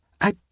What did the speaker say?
I